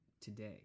today